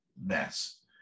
mess